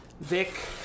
Vic